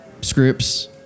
scripts